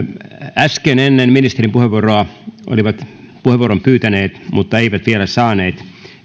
äsken ennen ministerin puheenvuoroa olivat puheenvuoron pyytäneet mutta eivät vielä saaneet